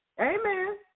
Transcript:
Amen